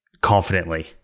confidently